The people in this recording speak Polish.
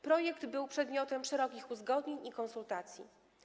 Projekt był przedmiotem szerokich uzgodnień i konsultacji.